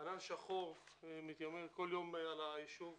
ענן שחור שמתיימר כל יום על הישוב,